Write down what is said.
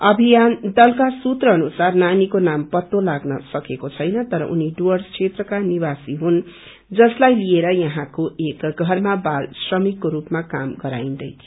अभियन दलका सुत्र अनुसार नानीको नाम पत्तो लाग्न सकेको छैन तर उनी डुर्वस क्षेत्रका निवासी हुन् जसलाई ल्याएर याहाँको एक घरमा बाल श्रमिकको रूपमा काम गराईन्दै थियो